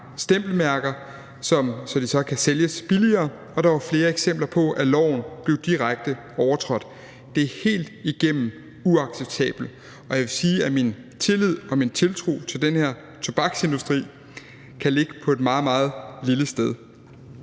stempelmærker, så de så kan sælges billigere, og der var flere eksempler på, at loven blev direkte overtrådt. Det er helt igennem uacceptabelt, og jeg vil sige, at min tillid og min tiltro til den her tobaksindustri kan ligge på et meget, meget lille sted.